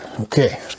Okay